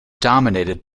dominated